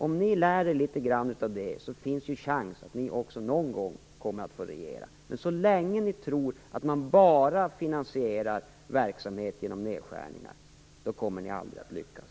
Om ni lär er litet av det finns chansen att ni också får regera någon gång. Så länge ni tror att man finansierar verksamhet enbart genom nedskärningar kommer ni inte att lyckas.